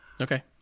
Okay